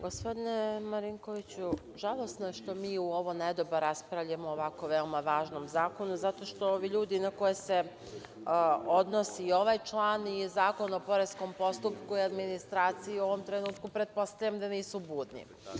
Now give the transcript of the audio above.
Gospodine Marinkoviću, žalosno je što mi u ovo ne doba raspravljamo o ovako veoma važnom zakonu, zato što ovi ljudi na koje se odnosi ovaj član i Zakon o poreskom postupku i administraciji u ovom trenutku pretpostavljam da nisu budni.